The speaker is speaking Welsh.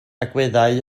agweddau